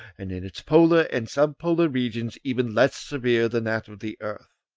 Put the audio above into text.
and in its polar and sub-polar regions even less severe than that of the earth.